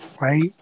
right